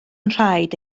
nhraed